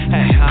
Hey